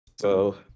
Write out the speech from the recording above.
so-